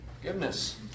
Forgiveness